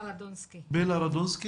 לשאלתך,